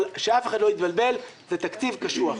אבל שאף אחד לא התבלבל, זה תקציב קשוח.